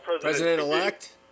President-elect